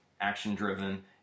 action-driven